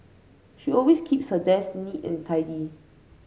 she always keeps her desk neat and tidy